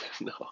no